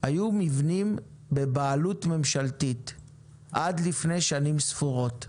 היו מבנים בבעלות ממשלתית עד לפני שנים ספורות.